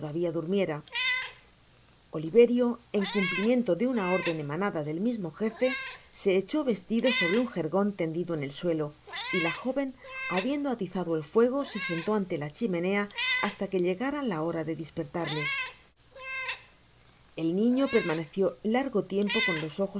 durmiera oliverio en cumplimiento de una crden emanada del mismo jefe se echó vestido sobre un jergon tendido en el suelo y la joven habiendo atizado el fuego se sentó ante la chimenea hasta que llegara la hora de dispertarles el niño permaneció largo tiempo con los ojos